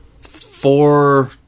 four